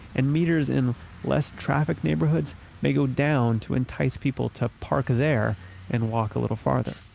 and meters in less-traffic neighborhoods may go down to entice people to park there and walk a little farther.